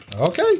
Okay